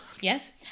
yes